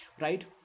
right